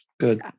Good